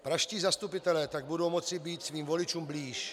Pražští zastupitelé tak budou moci být svým voličům blíž.